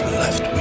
left